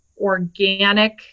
organic